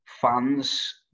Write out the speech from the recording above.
fans